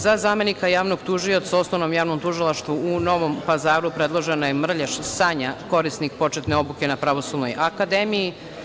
Za zamenika javnog tužioca u Osnovnom javnom tužilaštvu u Novom Pazaru predložena je Mrljaš Sanja, korisnik početne obuke na Pravosudnoj akademiji.